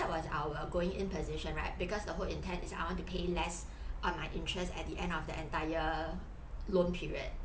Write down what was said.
that was our going in position right because the whole intent is I want to pay less on my interest at the end of the entire loan period